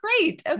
great